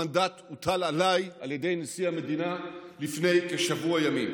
המנדט הוטל עליי על ידי נשיא המדינה לפני כשבוע ימים.